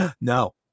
No